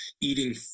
eating